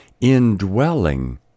indwelling